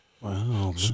Wow